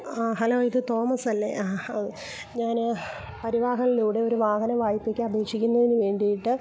ആ ഹലോ ഇത് തോമസല്ലേ ആ ഞാന് പരിവാഹനിലൂടെ ഒരു വാഹനം വായ്പക്ക് അപേക്ഷിക്കുന്നതിന് വേണ്ടിയിട്ട്